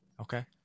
okay